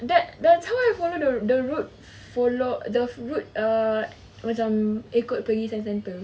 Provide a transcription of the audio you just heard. that that's how I follow the route follow the route uh with um ikut pergi science centre